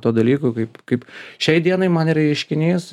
tuo dalyku kaip kaip šiai dienai man yra ieškinys